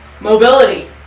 mobility